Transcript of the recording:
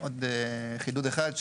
עוד חידוד אחד.